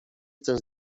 chcę